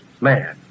man